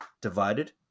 divided